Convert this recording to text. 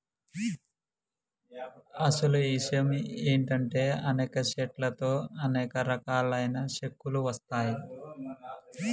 అసలు ఇషయం ఏంటంటే అనేక సెట్ల తో అనేక రకాలైన సెక్కలు వస్తాయి